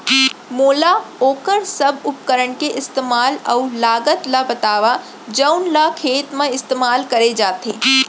मोला वोकर सब उपकरण के इस्तेमाल अऊ लागत ल बतावव जउन ल खेत म इस्तेमाल करे जाथे?